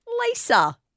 Lisa